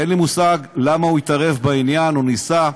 אין לי מושג למה הוא התערב בעניין, או ניסה.